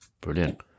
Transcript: Brilliant